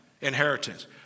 inheritance